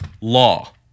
law